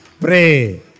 Pray